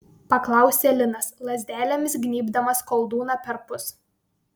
paklausė linas lazdelėmis gnybdamas koldūną perpus